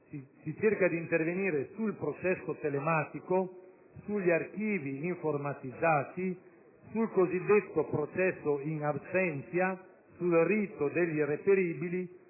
si cerca di intervenire sul processo telematico, sugli archivi informatizzati, sul cosiddetto processo *in absentia*, sul rito degli irreperibili